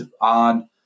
on